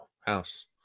house